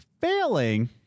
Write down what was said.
failing